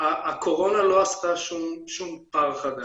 הקורונה לא עשתה שום פער חדש,